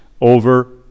over